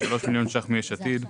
3 מיליון שקלים מיש עתיד.